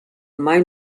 mai